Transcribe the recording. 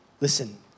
Listen